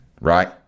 right